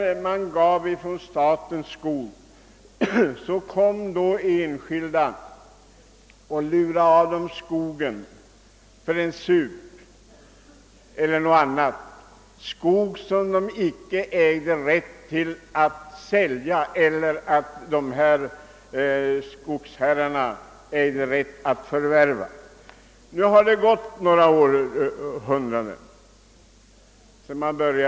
Sedan lurade enskilda av dem skogen för en sup eller något liknande — skog som nybyggarna inte ägde rätt att sälja eller skogsherrarna att förvärva. Nu har det gått några århundraden sedan dess.